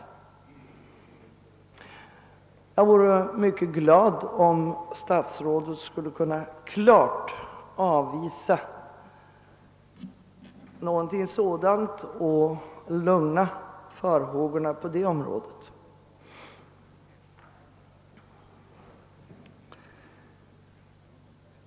Jag vore mycket glad om statsrådet klart kunde bevisa motsatsen och därmed minska farhågorna på detta område.